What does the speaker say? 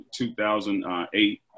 2008